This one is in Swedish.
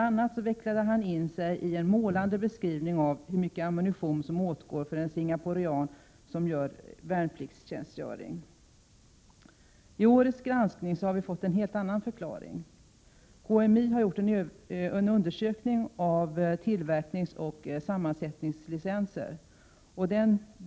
a. vecklade han in sig i en målande beskrivning av hur mycket ammunition som åtgår för en singaporian som gör värnplikten. Vid årets granskning har vi fått en hel annan förklaring. KMI har gjort en undersökning av tillverkningsoch sammansättningslicenser.